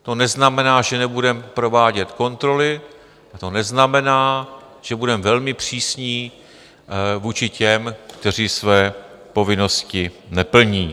To neznamená, že nebudeme provádět kontroly, a to neznamená, že nebudeme velmi přísní vůči těm, kteří své povinnosti neplní.